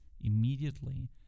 immediately